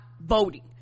voting